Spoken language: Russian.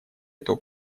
эту